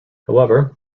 however